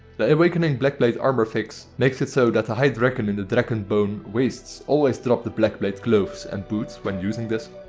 awakening blackblade armor fix makes it so that the high dragon in the dragonbone wastes always drops the blackblade gloves and boots when using this.